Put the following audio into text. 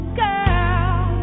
girl